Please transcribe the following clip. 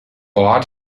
ort